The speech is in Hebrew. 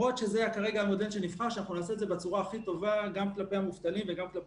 השאלה הייתה האם הנתון של 200 אלף לצורך העניין נקרא להם מובטלים מבלי